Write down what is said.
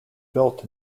built